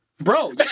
Bro